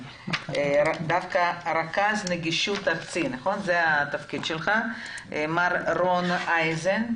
רכז נגישות ארצי מר רון אייזן,